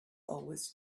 always